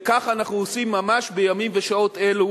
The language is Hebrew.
וכך אנחנו עושים ממש בימים ושעות אלו.